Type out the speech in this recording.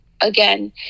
again